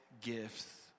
gifts